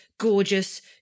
gorgeous